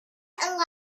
queen